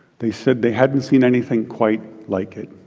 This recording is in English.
they said they hadn't seen anything quite like it.